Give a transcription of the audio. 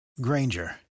Granger